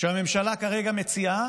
שהממשלה מציעה